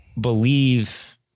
believe